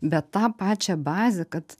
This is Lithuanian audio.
bet tą pačią bazę kad